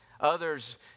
Others